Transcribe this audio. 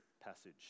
passage